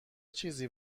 چیزی